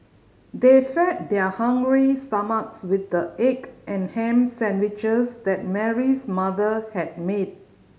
they fed their hungry stomachs with the egg and ham sandwiches that Mary's mother had made